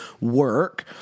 work